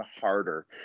harder